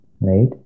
Right